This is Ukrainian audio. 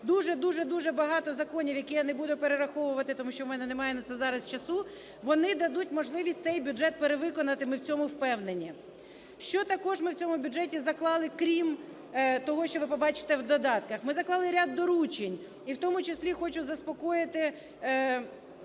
дуже-дуже-дуже багато законів, які я не буду перераховувати, тому що у мене немає на це зараз часу, вони дадуть можливість цей бюджет перевиконати, ми в цьому впевнені. Що також ми в цьому бюджеті заклали, крім того, що ви побачите в додатках? Ми заклали ряд доручень. І в тому числі хочу заспокоїти